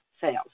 sales